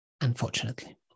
unfortunately